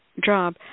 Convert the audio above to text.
job